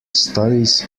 studies